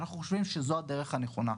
אנחנו חושבים שזו הדרך הנכונה.